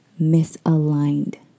misaligned